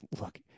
look